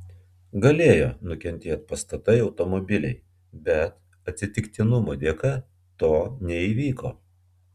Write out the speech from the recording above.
galėjo nukentėt pastatai automobiliai bet atsitiktinumo dėka to neįvyko